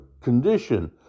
condition